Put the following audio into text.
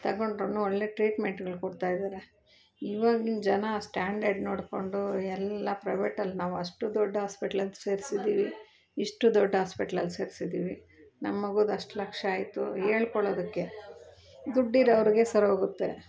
ತಗೊಂಡ್ರು ಒಳ್ಳೆ ಟ್ರೀಟ್ಮೆಂಟ್ಗಳು ಕೊಡ್ತಾ ಇದ್ದಾರೆ ಇವಾಗಿನ ಜನ ಸ್ಟ್ಯಾಂಡರ್ಡ್ ನೋಡಿಕೊಂಡು ಎಲ್ಲ ಪ್ರೈವೆಟಲ್ಲಿ ನಾವು ಅಷ್ಟು ದೊಡ್ಡ ಹಾಸ್ಪಿಟ್ಲಿಗೆ ಸೇರಿಸಿದ್ದೀವಿ ಇಷ್ಟು ದೊಡ್ಡ ಹಾಸ್ಪಿಟ್ಲಲ್ಲಿ ಸೇರಿಸಿದ್ದೀವಿ ನಮ್ಮಮಗುದ್ ಅಷ್ಟು ಲಕ್ಷ ಆಯಿತು ಹೇಳ್ಕೊಳ್ಳದಕ್ಕೆ ದುಡ್ಡಿರೋರಿಗೆ ಸರಿಹೋಗುತ್ತೆ